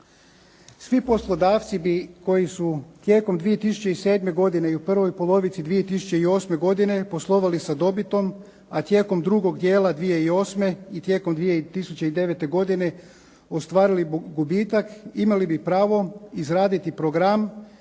Svi poslodavci bi koji su tijekom 2007. godine i u prvoj polovici 2008. godine poslovali sa dobiti a tijekom drugog dijela 2008. i tijekom 2009. godine ostvarili gubitak imali bi pravo izraditi program